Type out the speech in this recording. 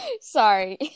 sorry